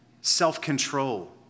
self-control